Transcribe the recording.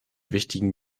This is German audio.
wichtigen